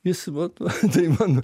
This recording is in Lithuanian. jis vat tai man